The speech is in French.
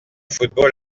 football